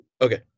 okay